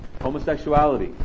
homosexuality